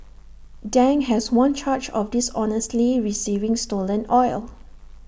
Dang has one charge of dishonestly receiving stolen oil